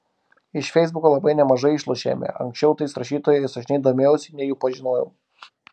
iš feisbuko labai nemažai išlošėme anksčiau tais rašytojais aš nei domėjausi nei jų pažinojau